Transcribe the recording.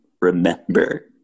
remember